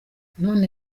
none